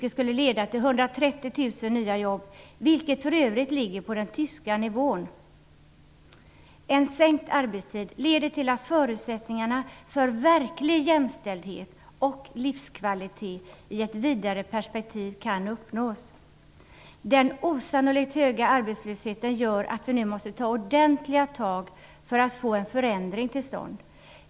Det skulle leda till 130 000 nya jobb, vilket för övrigt ligger på den tyska nivån. En sänkt arbetstid leder till att förutsättning för verklig jämställdhet och livskvalitet i ett vidare perspektiv kan uppnås. Den osannolikt höga arbetslösheten gör att vi nu måste ta ordentliga tag för att få en förändring till stånd.